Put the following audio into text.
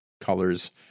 colors